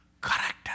correct